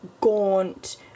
gaunt